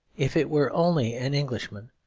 if it were only an englishman,